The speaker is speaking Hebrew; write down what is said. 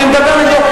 אני אדבר נגדו.